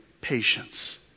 patience